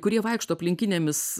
kurie vaikšto aplinkinėmis